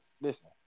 Listen